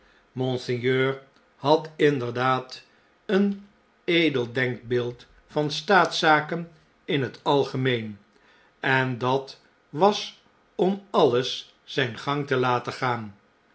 monseigneur had inderdaad een edel denkbeeld van staatszaken in het algemeen en dat was om alles zijn gang te laten gaan